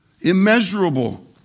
Immeasurable